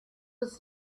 was